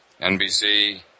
NBC